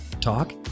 talk